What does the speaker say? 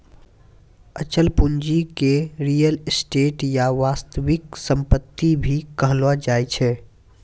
अचल पूंजी के रीयल एस्टेट या वास्तविक सम्पत्ति भी कहलो जाय छै